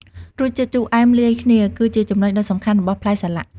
រសជាតិជូរអែមលាយគ្នា គឺជាចំណុចដ៏សំខាន់របស់ផ្លែសាឡាក់។